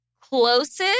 closest